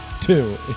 Two